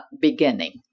beginning